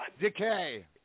Decay